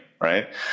right